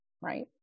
right